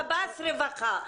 שב"ס או רווחה?